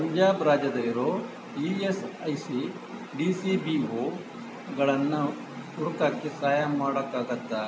ಪಂಜಾಬ್ ರಾಜ್ಯದಲ್ಲಿರೋ E S I C D C B ಓಗಳನ್ನು ಹುಡ್ಕೋಕ್ಕೆ ಸಹಾಯ ಮಾಡೋಕ್ಕಾಗುತ್ತ